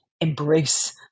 embrace